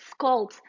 sculpt